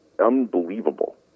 unbelievable